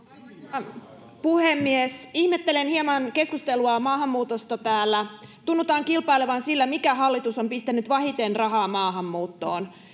arvoisa puhemies ihmettelen hieman keskustelua maahanmuutosta täällä tunnutaan kilpailevan sillä mikä hallitus on pistänyt vähiten rahaa maahanmuuttoon